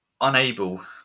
unable